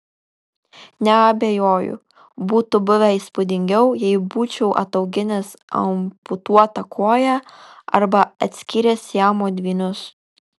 neabejoju būtų buvę įspūdingiau jei būčiau atauginęs amputuotą koją arba atskyręs siamo dvynius